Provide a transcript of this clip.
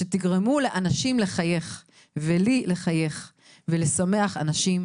שתגרמו לאנשים לחייך ולי לחייך ולשמח אנשים